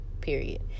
period